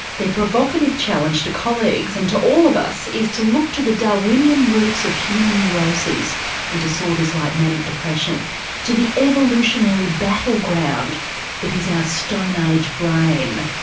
their provocative challenge to colleagues and to all of us is to look to the darwinian roots of human neuroses and disorders like manic depression to the evolutionary battle ground that is our stone age brain.